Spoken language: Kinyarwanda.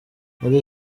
muri